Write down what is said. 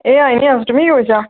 এয়া এনে আছো তুমি কি কৰিছা